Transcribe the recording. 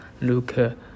look